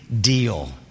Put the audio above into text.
deal